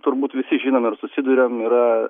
turbūt visi žinom ir susiduriam yra